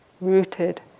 rooted